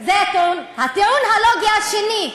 הטיעון הלוגי השני: